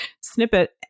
snippet